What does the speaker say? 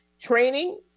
Training